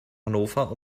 hannover